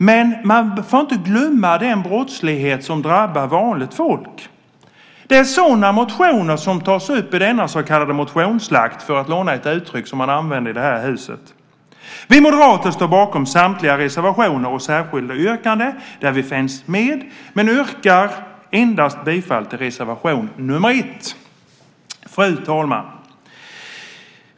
Men man får inte glömma den brottslighet som drabbar vanligt folk. Det är sådana motioner som tas upp i denna så kallade motionsslakt, för att låna ett uttryck som man använder i det här huset. Vi moderater står bakom samtliga reservationer och särskilda yttranden där vi finns med men yrkar bifall endast till reservation nr 1. Fru talman!